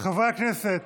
חברי הכנסת.